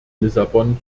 lissabon